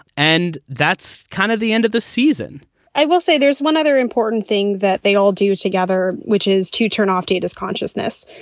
and that's kind of the end of the season i will say there's one other important thing that they all do together, which is to turn off data's consciousness.